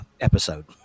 episode